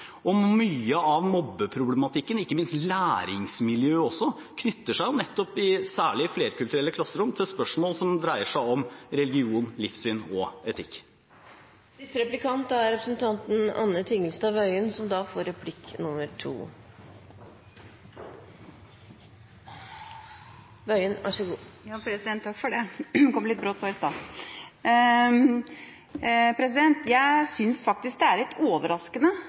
Mye av mobbeproblematikken, ikke minst læringsmiljøet også, knytter seg jo nettopp – særlig i flerkulturelle klasserom – til spørsmål som dreier seg om religion, livssyn og etikk. Siste replikant er representanten Anne Tingelstad Wøien, som da får replikk nummer to. Takk for det. Det kom litt brått på i stad. Jeg synes faktisk det er litt overraskende